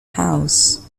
house